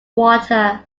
water